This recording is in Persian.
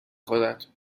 خورد